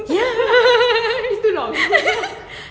ya